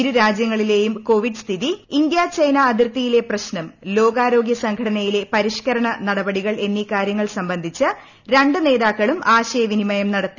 ഇരു രാജ്യങ്ങളിലെയും കോവിഡ് സ്ഥിതി ഇന്ത്യ ചൈനാ അതിർത്തിയിലെ പ്രശ്നം ലോകാരോഗ്യ സംഘടനയില്പ്പ്രിഷ്ക്കരണ നടപടികൾ എന്നീ കാര്യങ്ങൾ സംബന്ധിച്ച് മുണ്ട്യു നേതാക്കളും ആശയവിനിമയം നടത്തി